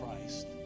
Christ